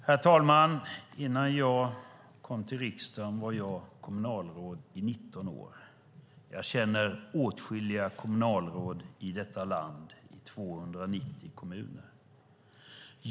Herr talman! Innan jag kom till riksdagen var jag kommunalråd i 19 år. Jag känner åtskilliga kommunalråd i detta land i 290 kommuner.